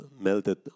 melted